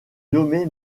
nommé